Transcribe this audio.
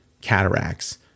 cataracts